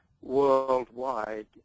worldwide